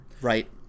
Right